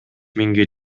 миңге